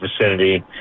vicinity